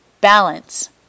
balance